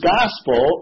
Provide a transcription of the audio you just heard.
Gospel